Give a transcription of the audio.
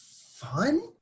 fun